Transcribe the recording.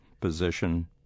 position